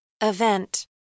Event